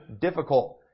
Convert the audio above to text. difficult